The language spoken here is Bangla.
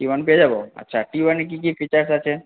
টি ওয়ান পেয়ে যাব আচ্ছা টি ওয়ানে কী কী ফিচার্স আছে